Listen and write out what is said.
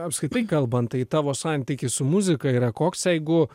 apskritai kalbant tai tavo santykis su muzika yra koks jeigu